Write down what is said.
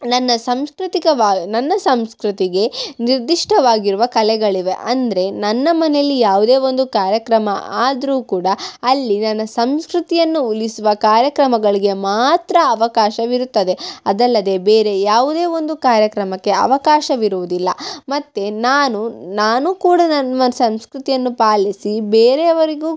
ನನ್ನ ಸಂಸ್ಕೃತಿಕವ ನನ್ನ ಸಂಸ್ಕೃತಿಗೆ ನಿರ್ದಿಷ್ಟವಾಗಿರುವ ಕಲೆಗಳಿವೆ ಅಂದರೆ ನನ್ನ ಮನೇಲಿ ಯಾವುದೇ ಒಂದು ಕಾರ್ಯಕ್ರಮ ಆದರೂ ಕೂಡ ಅಲ್ಲಿ ನನ್ನ ಸಂಸ್ಕೃತಿಯನ್ನು ಉಳಿಸುವ ಕಾರ್ಯಕ್ರಮಗಳಿಗೆ ಮಾತ್ರ ಅವಕಾಶವಿರುತ್ತದೆ ಅದಲ್ಲದೆ ಬೇರೆ ಯಾವುದೇ ಒಂದು ಕಾರ್ಯಕ್ರಮಕ್ಕೆ ಅವಕಾಶವಿರುವುದಿಲ್ಲ ಮತ್ತು ನಾನು ನಾನೂ ಕೂಡ ನಮ್ಮ ಸಂಸ್ಕೃತಿಯನ್ನು ಪಾಲಿಸಿ ಬೇರೆಯವರಿಗೂ